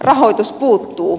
rahoitus puuttuu